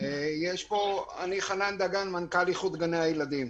אף אחד לא מדבר איתנו.